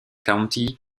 county